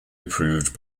approved